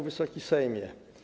Wysoki Sejmie!